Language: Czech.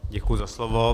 Děkuji za slovo.